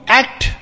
act